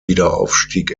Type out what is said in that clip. wiederaufstieg